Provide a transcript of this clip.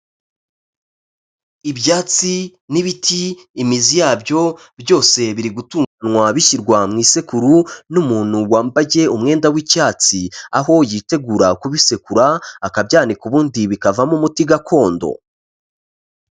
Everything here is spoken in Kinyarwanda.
Ibyatsi n'ibiti imizi yabyo byose biri gutunganwa bishyirwa mu isekuru n'umuntu wambaye umwenda w'icyatsi, aho yitegura kubisekura akabyanika ubundi bikavamo umuti gakondo.